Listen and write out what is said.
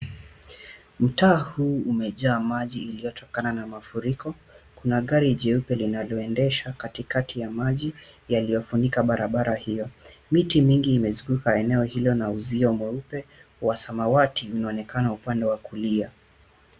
Mtaa huu umejaa maji iliyotokana na mafuriko. Kuna gari jeupe linaloendesha katikati ya maji yaliyofunika barabara hiyo. Miti mingi imezunguka eneo hilo na uzio mweupe wa samawati unaonekana upande wa kulia.